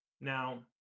Now